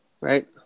Right